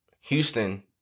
Houston